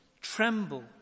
tremble